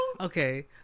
Okay